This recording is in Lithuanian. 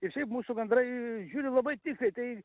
ir šiaip mūsų gandrai žiūriu labai tiksliai tai